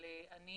אבל אני